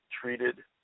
treated